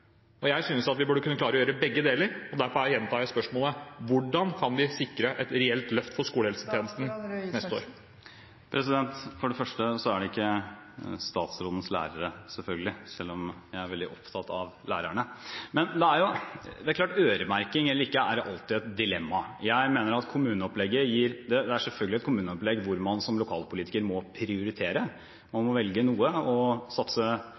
Jeg synes at vi burde kunne klare å gjøre begge deler, og derfor gjentar jeg spørsmålet: Hvordan kan vi sikre et reelt løft for skolehelsetjenesten neste år? For det første er det selvfølgelig ikke statsrådens lærere, selv om jeg er veldig opptatt av lærerne. Det er klart at øremerking eller ikke alltid er et dilemma. Det er selvfølgelig et kommuneopplegg hvor man som lokalpolitiker må prioritere – man må velge noe og satse